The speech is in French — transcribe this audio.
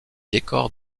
décor